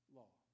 law